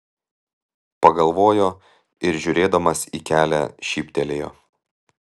pagalvojo ir žiūrėdamas į kelią šyptelėjo